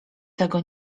tego